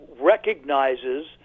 recognizes